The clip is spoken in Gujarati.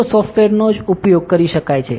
જુઓ સોફટવેરનો જ ઉપયોગ કરી શકાય છે